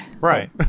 Right